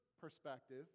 perspective